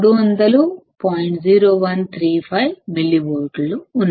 0135 మిల్లివోల్ట్స్ఉన్నాయి